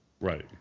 Right